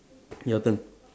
your turn